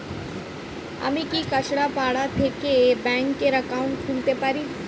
আমি কি কাছরাপাড়া থেকে ব্যাংকের একাউন্ট খুলতে পারি?